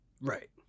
Right